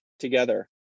together